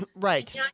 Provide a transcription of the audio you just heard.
Right